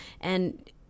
And-